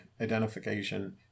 identification